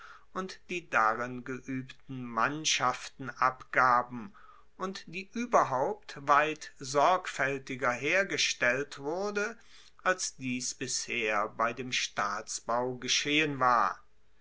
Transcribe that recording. und die darin geuebten mannschaften abgaben und die ueberhaupt weit sorgfaeltiger hergestellt wurde als dies bisher bei dem staatsbau geschehen war